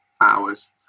hours